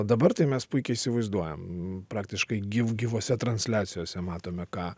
dabar tai mes puikiai įsivaizduojam praktiškai gyv gyvose transliacijose matome ką